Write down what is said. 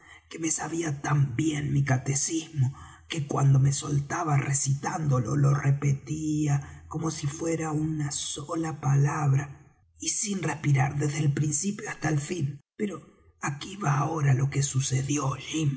que me sabía tan bien mi catecismo que cuando me soltaba recitándolo lo repetía como si fuera una sola palabra y sin respirar desde el principio hasta el fin ah pero aquí va ahora lo que sucedió